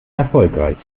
erfolgreich